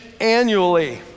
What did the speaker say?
annually